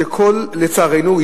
לצערנו,